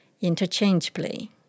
interchangeably